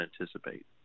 anticipate